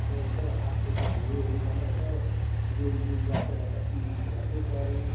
अब यसो हात खुट्टा धोइवरीकन यसो बेञ्चीमा बसेर त टिभी त हेर्नु पऱ्यो